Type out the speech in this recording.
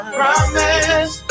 promise